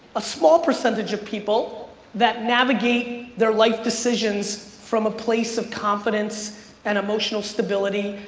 a small percentage of people that navigate their life decisions from a place of confidence and emotional stability.